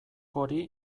hori